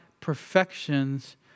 perfections